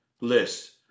lists